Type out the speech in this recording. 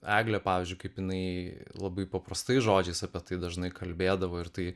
eglė pavyzdžiui kaip jinai labai paprastais žodžiais apie tai dažnai kalbėdavo ir tai